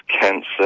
cancer